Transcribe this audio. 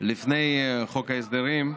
לפני חוק ההסדרים.